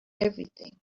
everything